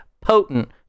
potent